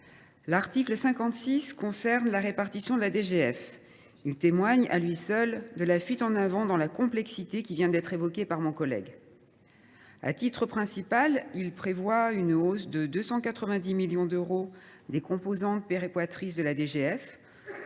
L’article 56, relatif à la répartition de la DGF, témoigne à lui seul de la fuite en avant dans la complexité qui vient d’être évoquée par mon collègue. À titre principal, cet article prévoit une hausse de 290 millions d’euros des composantes péréquatrices de la DGF,